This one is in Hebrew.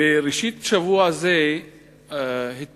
בראשית שבוע זה התפרסם